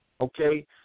Okay